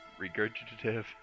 regurgitative